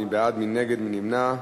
מי בעד, מי נגד, מי נמנע?